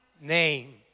name